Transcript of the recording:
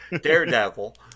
Daredevil